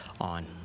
on